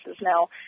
Now